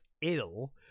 ill